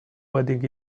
wedding